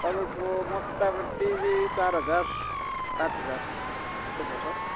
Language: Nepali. तपाईँको मोटामोटी चार हजार पाँच हजार त्यस्तै पर्छ